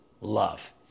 love